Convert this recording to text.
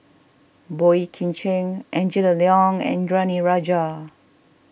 Boey Kim Cheng Angela Liong and Indranee Rajah